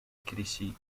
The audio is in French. crécy